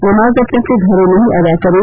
नमाज अपने अपने घरों में ही अदा करें